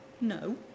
no